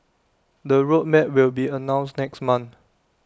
the road map will be announced next month